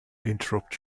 interrupt